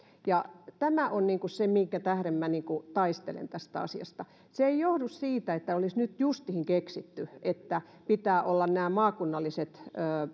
ja tämä on se minkä tähden minä taistelen tästä asiasta se ei johdu siitä että olisi nyt justiin keksitty että pitää olla nämä maakunnalliset